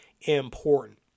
important